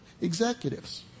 executives